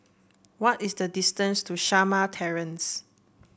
what is the distance to Shamah Terrace